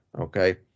Okay